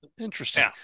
interesting